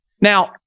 Now